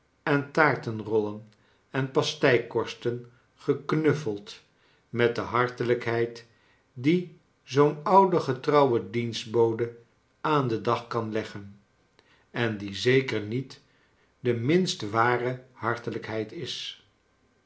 en taartenrollen en pasteikorsten geknuffeld met de hartelijkheid die zoom oude getrouwe dienstbode aan den dag kan leggen en die zeker niet de minst ware hartelijkheid is